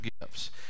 gifts